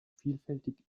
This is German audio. vielfältig